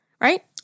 Right